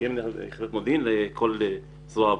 תהיה יחידת מודיעין שתשרת את כל זרוע העבודה.